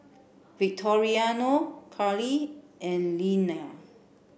Victoriano Karlee and Linnea